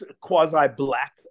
quasi-black